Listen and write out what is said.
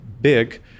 big